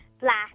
Black